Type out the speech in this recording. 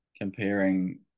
comparing